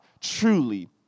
truly